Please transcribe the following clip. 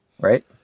Right